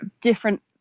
different